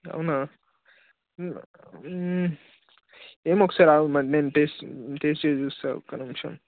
అవునా ఏమో ఒకసారి ఆగు మరి నేను టేస్ట్ టేస్ట్ చేసి చూస్తా ఒక్క నిమిషం